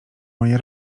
mojej